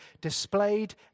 displayed